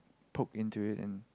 poke into it and